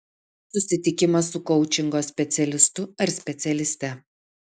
susitikimas su koučingo specialistu ar specialiste